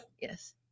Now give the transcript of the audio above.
Yes